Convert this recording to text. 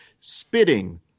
spitting